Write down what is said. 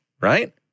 right